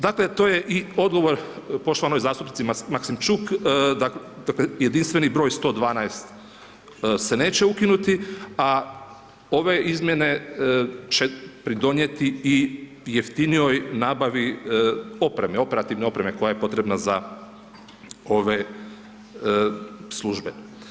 Dakle, to je i odgovor poštovanoj zastupnici Maksimčuk, dakle, jedinstveni br. 112 se neće ukinuti, a ove izmjene će pridonijeti i jeftinijoj nabavi operativne opreme, koja je potrebna za ove službe.